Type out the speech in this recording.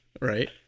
Right